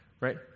Right